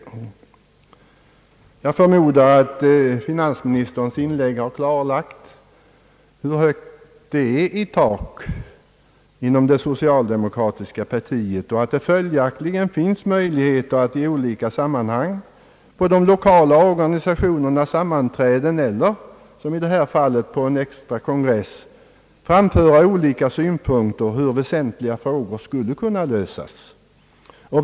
Jag förmodar att finansministerns inlägg har klarlagt hur högt det är i tak inom det socialdemokratiska partiet och att det följaktligen finns möjligheter att i olika sammanhang på de lokala organens sammanträden eller, som i det här fallet, på en extra kongress framföra olika synpunkter på hur väsentliga frågor skulle kunna lösas.